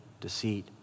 deceit